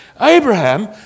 Abraham